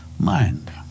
Mind